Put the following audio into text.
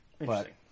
Interesting